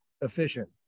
efficient